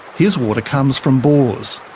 his water comes from bores.